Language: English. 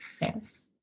yes